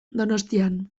donostian